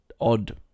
odd